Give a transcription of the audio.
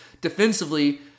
defensively